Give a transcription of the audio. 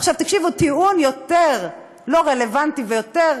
עכשיו תקשיבו, טיעון יותר לא רלוונטי ויותר